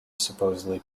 supposedly